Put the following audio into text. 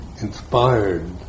inspired